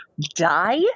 die